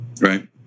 right